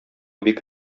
бик